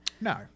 No